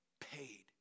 paid